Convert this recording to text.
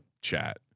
chat